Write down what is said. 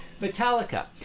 Metallica